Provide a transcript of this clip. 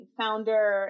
founder